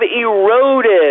eroded